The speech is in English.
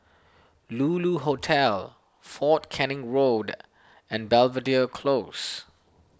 Lulu Hotel fort Canning Road and Belvedere Close